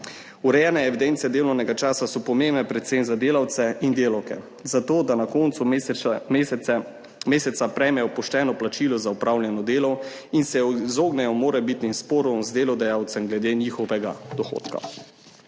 Urejene evidence delovnega časa so pomembne predvsem za delavce in delavke zato, da na koncu meseca prejmejo pošteno plačilo za opravljeno delo in se izognejo morebitnim sporom z delodajalcem glede njihovega dohodka.